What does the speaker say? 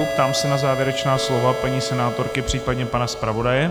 Ptám se na závěrečná slova paní senátorky, případně pana zpravodaje.